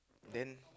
then